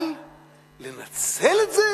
אבל לנצל את זה